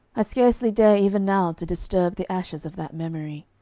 i scarcely dare even now to disturb the ashes of that memory.